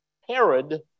Herod